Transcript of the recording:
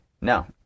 No